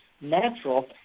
natural